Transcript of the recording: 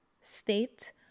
state